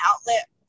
outlet